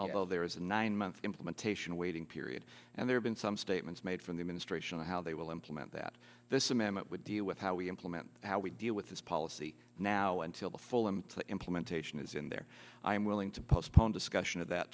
although there is a nine month implementation waiting period and there's been some statements made from the ministration of how they will implement that this amendment would deal with how we implement how we deal with this policy now until the full and for the implementation is in there i'm willing to postpone discussion of that